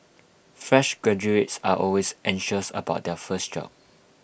fresh graduates are always anxious about their first job